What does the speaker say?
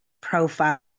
profile